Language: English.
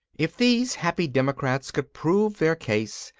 if these happy democrats could prove their case,